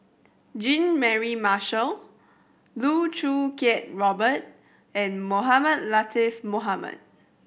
Jean Mary Marshall Loh Choo Kiat Robert and Mohamed Latiff Mohamed